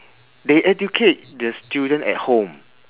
they educate their student at home